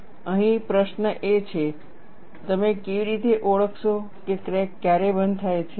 અને અહીં પ્રશ્ન એ છે કે તમે કેવી રીતે ઓળખશો કે ક્રેક ક્યારે બંધ થાય છે